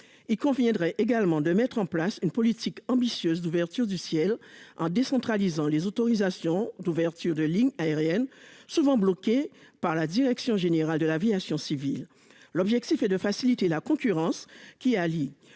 Il conviendrait également de mettre en place une politique ambitieuse d'ouverture du ciel en décentralisant les autorisations d'ouvertures de lignes aériennes souvent bloqués par la direction générale de l'aviation civile. L'objectif est de faciliter la concurrence qui allie,